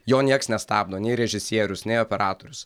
jo nieks nestabdo nei režisierius nei operatorius